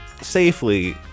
safely